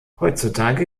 heutzutage